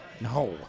No